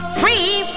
free